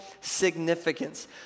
significance